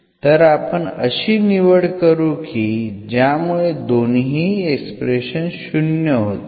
तर आपण अशी निवड करू की ज्यामुळे दोन्हीही एक्सप्रेशन्स शून्य होतील